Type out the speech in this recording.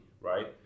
right